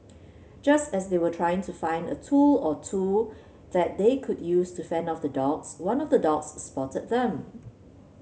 just as they were trying to find a tool or two that they could use to fend off the dogs one of the dogs spotted them